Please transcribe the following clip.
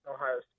Ohio